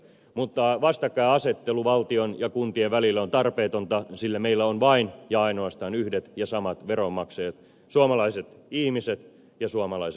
mutta vastakkainasettelu valtion ja kuntien välillä on tarpeetonta sillä meillä on vain ja ainoastaan yhdet ja samat veronmaksajat suomalaiset ihmiset ja suomalaiset yritykset